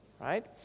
Right